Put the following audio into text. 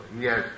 Yes